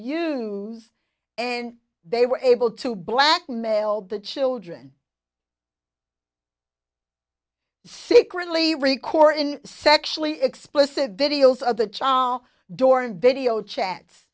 use and they were able to blackmail the children secretly recorded sexually explicit videos of the child door and video chats